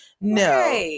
no